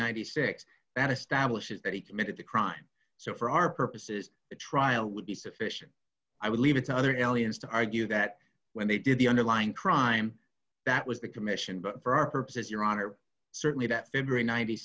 ninety six that establishes that he committed the crime so for our purposes a trial would be sufficient i would leave it to other galleons to argue that when they did the underlying crime that was the commission but for our purposes your honor certainly that favor a ninety